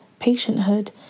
patienthood